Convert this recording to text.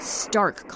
stark